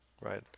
Right